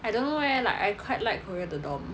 I don't know leh like I quite like korea the dorm